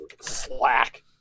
slack